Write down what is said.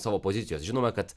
savo pozicijos žinome kad